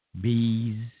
bees